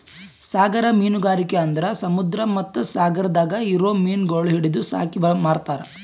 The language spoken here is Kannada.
ಸಾಗರ ಮೀನುಗಾರಿಕೆ ಅಂದುರ್ ಸಮುದ್ರ ಮತ್ತ ಸಾಗರದಾಗ್ ಇರೊ ಮೀನಗೊಳ್ ಹಿಡಿದು ಸಾಕಿ ಮಾರ್ತಾರ್